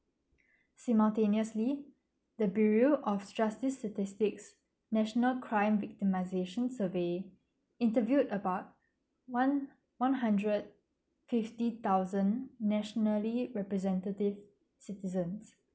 simultaneously the bureau of justice statistics national crime victimisation survey interviewed about one one hundred fifty thousand nationally representative citizens